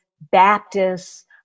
Baptists